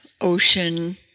ocean